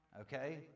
okay